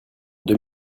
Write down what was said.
deux